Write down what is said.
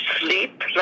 sleep